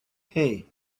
hey